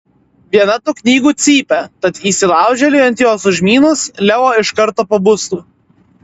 viena tų knygų cypia tad įsilaužėliui ant jos užmynus leo iš karto pabustų